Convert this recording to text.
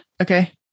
Okay